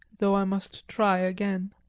though i must try again.